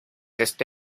este